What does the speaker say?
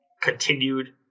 continued